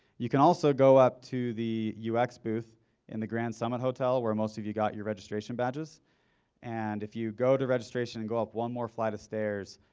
you can also go up to the ux booth in the grand summit hotel where most of you got your registration badges and if you go to registration and go up one more flight of stairs,